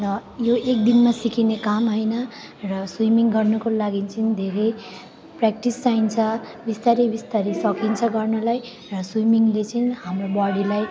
र यो एक दिनमा सिकिने काम होइन र स्विमिङ गर्नुको लागि चाहिँ धेरै प्र्याक्टिस चाहिन्छ बिस्तारै बिस्तारै सकिन्छ गर्नलाई र स्विमिङले चाहिँ हाम्रो बडीलाई